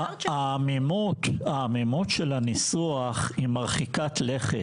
העמימות של הנוסח היא מרחיקת-לכת.